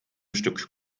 stück